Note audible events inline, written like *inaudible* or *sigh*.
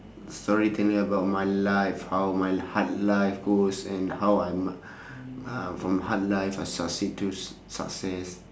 storyteller about my life how my hard life goes and how I'm *breath* uh from hard life I succeed till s~ success